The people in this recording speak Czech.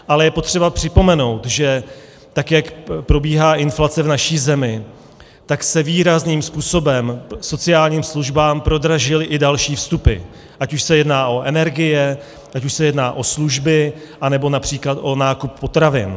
Ale je potřeba připomenout, že tak jak probíhá inflace v naší zemi, tak se výrazným způsobem sociálním službám prodražily i další vstupy, ať už se jedná o energie, ať už se jedná o služby, anebo například o nákup potravin.